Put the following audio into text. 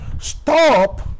stop